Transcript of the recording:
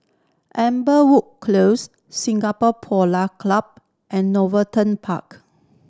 Amberwood Close Singapore Polo Club and Park